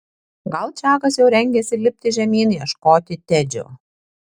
gal čakas jau rengėsi lipti žemyn ieškoti tedžio